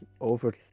over